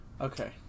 Okay